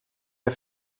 der